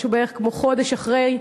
משהו בערך כמו חודש אחרי,